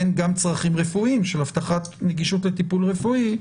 בין גם צרכים רפואיים של הבטחת נגישות לטיפול רפואי.